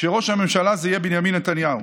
שראש הממשלה יהיה בנימין נתניהו.